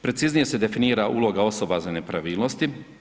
Preciznije se definira uloga osoba za nepravilnosti.